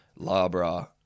Labra